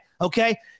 Okay